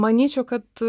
manyčiau kad